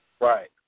Right